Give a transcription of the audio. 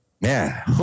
man